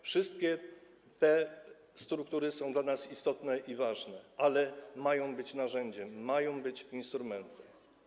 Wszystkie te struktury są dla nas istotne, ważne, ale mają one być narzędziem, mają być instrumentem.